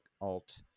alt